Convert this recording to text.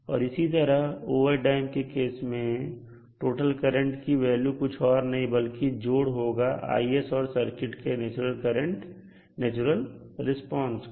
और इसी तरह अंडरडैंप केस में टोटल करंट की वैल्यू कुछ और नहीं बल्कि जोड़ होगा Is और सर्किट के नेचुरल रिस्पांस का